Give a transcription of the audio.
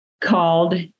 called